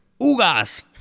Ugas